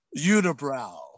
unibrow